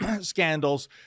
scandals